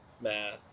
math